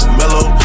mellow